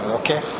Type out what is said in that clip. okay